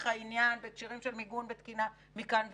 העניין בהקשרים של מיגון ותקינה מכאן ואילך.